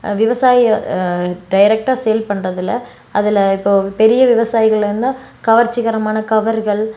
விவசாய டேரக்டாக சேல் பண்றதில்லை அதில் இப்போ ஒரு பெரிய விவசாயிகளாக இருந்தால் கவர்ச்சிகரமான கவர்கள்